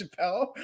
Chappelle